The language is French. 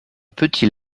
petit